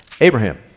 Abraham